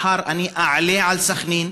מחר אני אעלה על סח'נין,